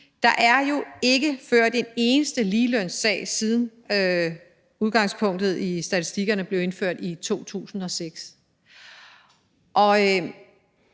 der er jo ikke ført en eneste ligelønssag, siden udgangspunktet i statistikkerne blev indført i 2006. Jeg